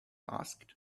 asked